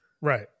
Right